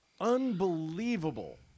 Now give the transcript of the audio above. Unbelievable